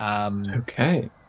Okay